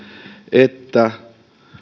että